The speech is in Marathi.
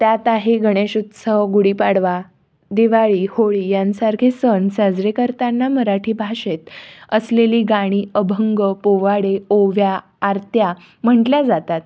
त्यात आहे गणेश उत्सव गुढीपाडवा दिवाळी होळी यांसारखे सण साजरे करताना मराठी भाषेत असलेली गाणी अभंग पोवाडे ओव्या आरत्या म्हटल्या जातात